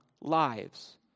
lives